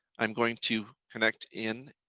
i'm going to connect in